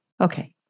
okay